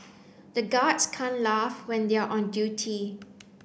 the guards can't laugh when they are on duty